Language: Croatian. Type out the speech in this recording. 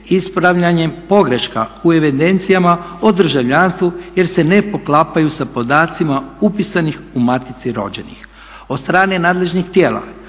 ispravljanjem pogrešaka u evidencijama o državljanstvu jer se ne poklapaju sa podacima upisanih u matici rođenih. Od strane nadležnih tijela